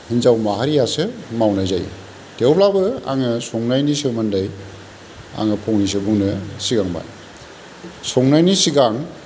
हिनजाव माहारियासो मावनाय जायो थेवब्लाबो आङो संनायनि सोमोन्दै आङो फंनैसो बुंनो सिगांबाय संनायनि सिगां